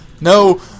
No